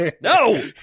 No